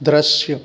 दृश्य